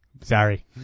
Sorry